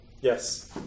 Yes